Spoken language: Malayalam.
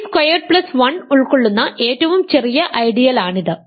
ടി സ്ക്വയേർഡ് പ്ലസ് 1 ഉൾക്കൊള്ളുന്ന ഏറ്റവും ചെറിയ ഐഡിയലാണിത്